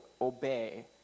obey